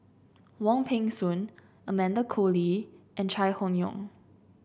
Wong Peng Soon Amanda Koe Lee and Chai Hon Yoong